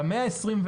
במאה ה-21,